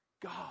God